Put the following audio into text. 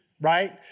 Right